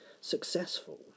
successful